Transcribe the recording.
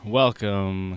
welcome